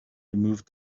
removed